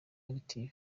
active